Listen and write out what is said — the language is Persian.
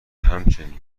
همچنین